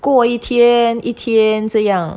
过一天一天这样